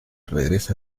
regresa